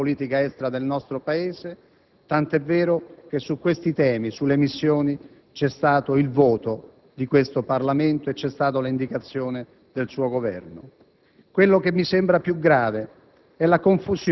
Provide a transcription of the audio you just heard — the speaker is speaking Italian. e conseguente alla tradizione della politica estera del nostro Paese, tant'è vero che su questi temi, sulle missioni, c'è stato il voto di questo Parlamento e c'è stata l'indicazione del suo Governo.